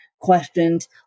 questions